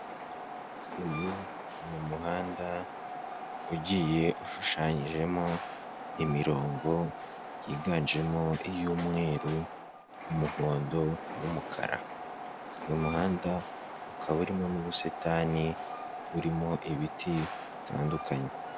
Uyu ni umuhanda ugiye ushushanyijemo imirongo yiganjemo iy'umweru, umuhondo n'umukara. Uyu muhanda ukaba urimo n'ubusitani burimo ibiti bitandukanye.